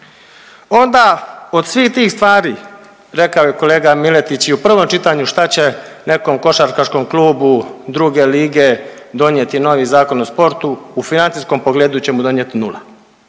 Onda od svih tih stvari rekao je i kolega Miletić i prvom čitanju šta će nekom košarkaškom klubu druge lige donijeti novi Zakon o sportu. U financijskom pogledu će mu donijeti nula.